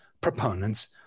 proponents